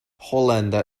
hollander